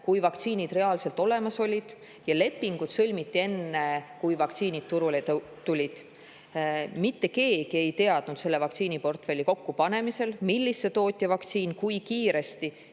kui vaktsiinid reaalselt olemas olid, ja lepingud sõlmiti enne, kui vaktsiinid turule tulid. Mitte keegi ei teadnud selle vaktsiiniportfelli kokkupanemisel, millise tootja vaktsiin kui kiiresti